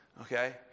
Okay